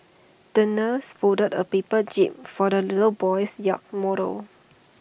the nurse folded A paper jib for the little boy's yacht model